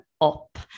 up